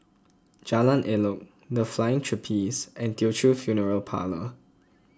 Jalan Elok the Flying Trapeze and Teochew Funeral Parlour